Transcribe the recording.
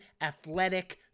athletic